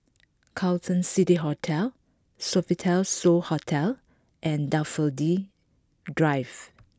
Carlton City Hotel Sofitel So Hotel and Daffodil Drive